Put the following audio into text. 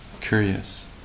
curious